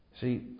See